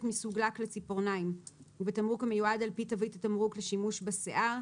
מסוג לק לציפורניים ובתמרוק המיועד על פי תווית התמרוק לשימוש בשיער,